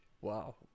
Wow